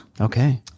Okay